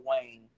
wayne